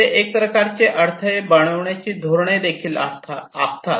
ते एक प्रकारचे अडथळे बनवण्याची धोरणे देखील आखतात